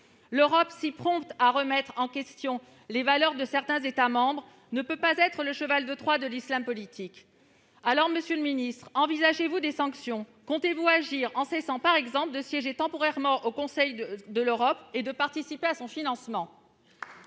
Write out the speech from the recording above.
L'Europe, si prompte à remettre en question les valeurs de certains États membres, ne peut pas être le cheval de Troie de l'islam politique. Alors, monsieur le ministre, envisagez-vous des sanctions ? Comptez-vous agir en cessant, par exemple, de siéger temporairement au Conseil de l'Europe et de participer à son financement ?